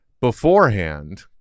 beforehand